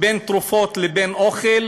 בין תרופות לבין אוכל.